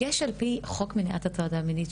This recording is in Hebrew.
יש על פי חוק למניעת הטרדה מינית,